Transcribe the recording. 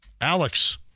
Alex